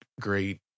great